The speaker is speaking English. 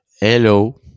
Hello